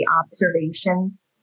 observations